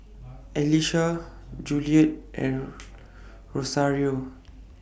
Alisha Juliet and Rosario